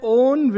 own